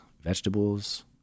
vegetables